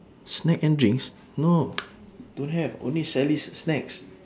snack and drinks no don't have only sally's snacks